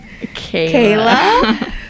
kayla